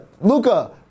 luca